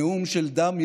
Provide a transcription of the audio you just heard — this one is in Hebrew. הנאום של "דם,